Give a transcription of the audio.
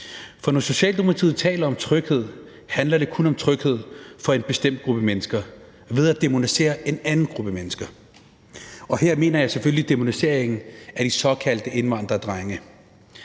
For når Socialdemokratiet taler om tryghed, handler det kun om tryghed for en bestemt gruppe mennesker ved at dæmonisere en anden gruppe mennesker; og her mener jeg selvfølgelig dæmoniseringen af de såkaldte indvandrerdrenge,